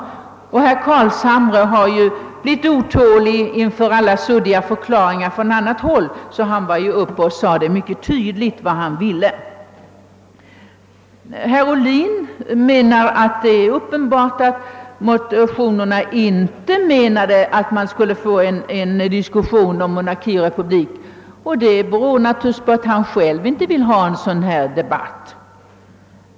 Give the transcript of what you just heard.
Herr Carlshamre blev otålig över de suddiga förklaringarna från annat håll och sade därför mycket tydligt vad det är han vill. Sedan sade herr Ohlin att det är uppenbart att motionärerna inte har syftat till att få en diskussion om frågan om monarki eller republik, och det sade herr Ohlin naturligtvis därför att han själv inte vill ha en sådan debatt.